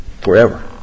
forever